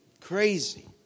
crazy